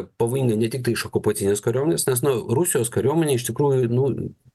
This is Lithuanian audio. pavojinga ne tiktai iš okupacinės kariuomenės nes nu rusijos kariuomenė iš tikrųjų nu